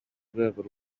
rwego